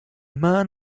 man